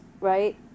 right